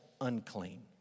unclean